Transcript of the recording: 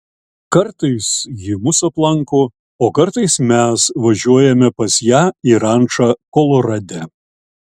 kartais ji mus aplanko o kartais mes važiuojame pas ją į rančą kolorade